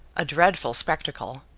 a dreadful spectacle,